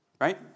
right